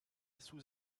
sous